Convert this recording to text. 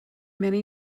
many